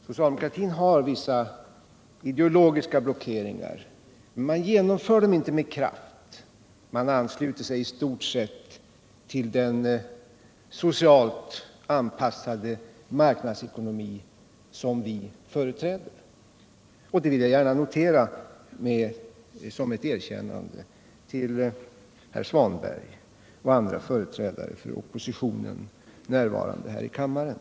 Socialdemokratin har vissa ideologiska blockeringar men ansluter sig i stort sett till den socialt anpassade marknadsekonomi vi företräder. Detta vill jag gärna notera och rikta ett erkännande till herr Svanberg och andra företrädare för oppositionen som är närvarande här i kammaren.